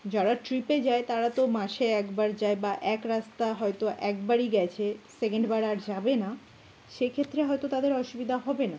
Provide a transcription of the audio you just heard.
যারা ট্রিপে যায় তারা তো মাসে একবার যায় বা এক রাস্তা হয়তো একবারই গেছে সেকেন্ডবার আর যাবে না সেক্ষেত্রে হয়তো তাদের অসুবিধা হবে না